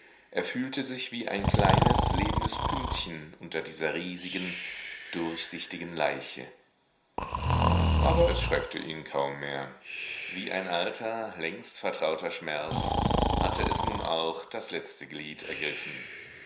er fühlte sich wie ein kleines lebendes pünktchen unter dieser riesigen durchsichtigen leiche aber es schreckte ihn kaum mehr wie ein alter längst vertrauter schmerz hatte es nun auch das letzte glied ergriffen